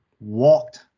walked